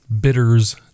bitters